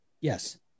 yes